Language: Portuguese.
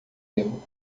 erro